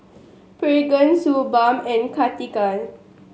Pregain Suu Balm and Cartigain